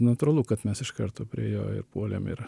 natūralu kad mes iš karto prie jo ir puolėm ir